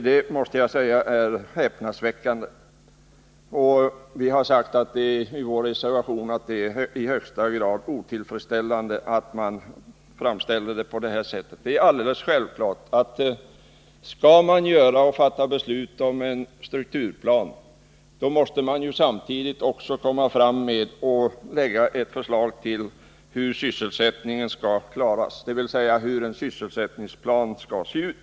Det måste jag säga är häpnadsväckande, och vi har sagt i vår reservation att det är i högsta grad otillfredsställande att man framställer det på det sättet. Det är alldeles självklart att skall man fatta beslut om en strukturplan, måste man samtidigt lägga fram ett förslag till hur sysselsättningen skall klaras, dvs. hur en sysselsättningsplan skall se ut.